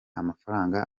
amafaranga